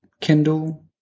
Kindle